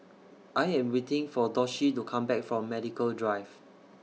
I Am waiting For Doshie to Come Back from Medical Drive